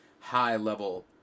high-level